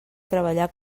treballar